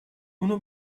اونو